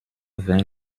vingt